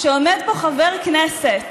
שעומד פה חבר כנסת